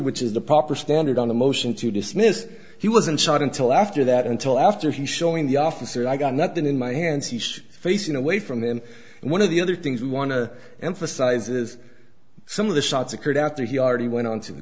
which is the proper standard on a motion to dismiss he wasn't shot until after that until after he showing the officer i got nothing in my hands each facing away from them and one of the other things we want to emphasize is some of the shots occurred after he already went onto the